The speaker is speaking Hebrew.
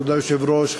כבוד היושב-ראש,